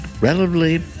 Relatively